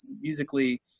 musically